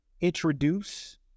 introduce